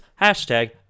hashtag